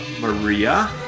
Maria